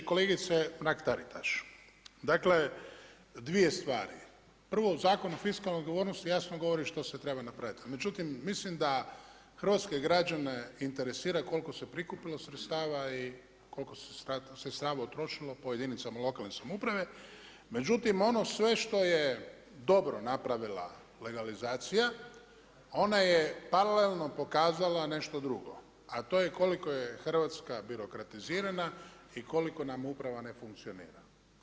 Kolegice Mrak-Taritaš, dakle dvije stvari, prvo u Zakonu o fiskalnoj odgovornosti jasno govori što se treba napraviti, međutim mislim da hrvatske građane interesira koliko se prikupilo sredstava i koliko se sredstava utrošilo po jedinicama lokalne samouprave, međutim ono sve što je dobro napravila legalizacija, ona je paralelno pokazala nešto drugo, a to je koliko je Hrvatska birokratizirana i koliko nam uprava ne funkcionira.